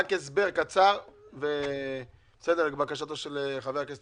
תן רק הסבר קצר לבקשתם של חבר הכנסת